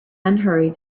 unhurried